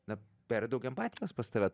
na per daug empatijos pas tave